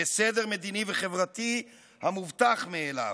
כסדר מדיני וחברתי המובטח מאליו.